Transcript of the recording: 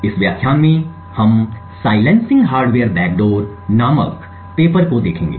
इस व्याख्यान में हम साइलेंसिंग हार्डवेयर बैकडोर नामक पेपर को देखेंगे